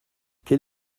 quel